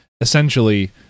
essentially